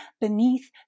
beneath